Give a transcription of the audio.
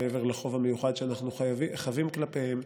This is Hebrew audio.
מעבר לחוב המיוחד שאנחנו חבים כלפיהם,